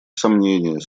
сомнение